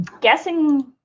Guessing